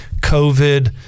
COVID